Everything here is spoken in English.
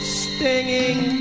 stinging